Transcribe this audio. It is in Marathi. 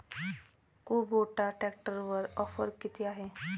कुबोटा ट्रॅक्टरवर ऑफर किती आहे?